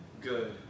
good